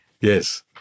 Yes